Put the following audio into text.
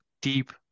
Deep